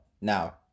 Now